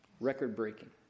Record-breaking